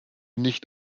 nicht